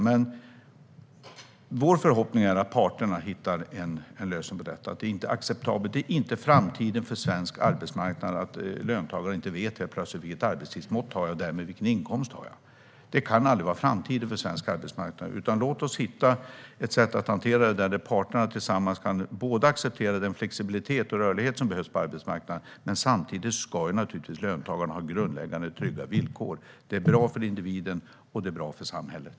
Men vår förhoppning är att parterna hittar en lösning på detta. Det är inte framtiden för svensk arbetsmarknad att löntagare helt plötsligt inte vet vilket arbetstidsmått och därmed vilken inkomst de har. Låt oss i stället hitta ett sätt att hantera detta där parterna tillsammans kan acceptera den flexibilitet och rörlighet som behövs på arbetsmarknaden, samtidigt som löntagarna har grundläggande trygga villkor. Det är bra för individen, och det är bra för samhället.